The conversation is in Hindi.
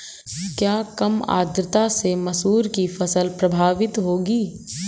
क्या कम आर्द्रता से मसूर की फसल प्रभावित होगी?